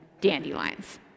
dandelions